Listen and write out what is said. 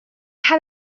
had